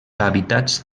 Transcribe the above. hàbitats